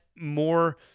more